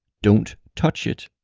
don't touch it.